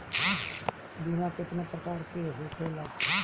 बीमा केतना प्रकार के होखे ला?